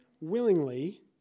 willingly